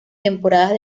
temporadas